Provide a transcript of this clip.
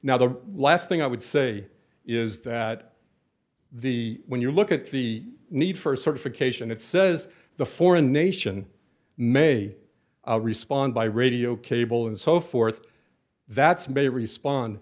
now the last thing i would say is that the when you look at the need for certification it says the foreign nation may respond by radio cable and so forth that's may respond